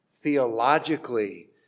theologically